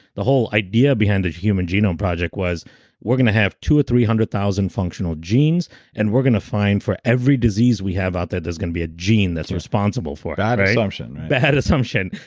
the whole idea behind the human genome project was we're going to have two or three hundred thousand functional genes and we're going to find for every disease we have out there, there's going to be a gene that's responsible for it bad assumption bad assumption.